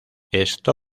esto